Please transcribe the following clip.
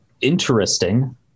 interesting